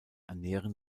ernähren